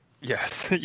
Yes